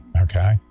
okay